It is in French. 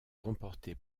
remportée